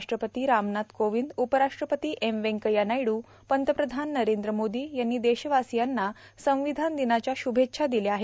राष्ट्रपती रामनाथ कर्रोवंद उपराष्ट्रपती एम व्यंकय्या नायडू पंतप्रधान नरद्र मोर्दो यांनी देशवासीयांना सीवधान र्मादनाच्या शुभेच्छा दिल्या आहेत